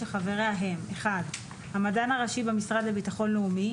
שחבריה הם: המדען הראשי במשרד לביטחון לאומי,